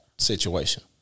Situation